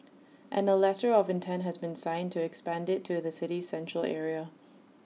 and A letter of intent has been signed to expand IT to the city's Central Area